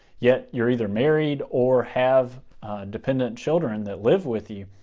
yet you're either married or have dependent children that live with you,